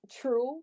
true